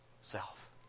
self